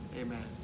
amen